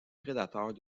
prédateurs